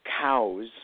cows